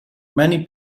many